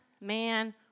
man